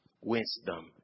Wisdom